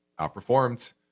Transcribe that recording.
outperformed